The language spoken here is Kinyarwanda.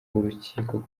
urukiko